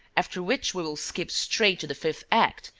after which we will skip straight to the fifth act,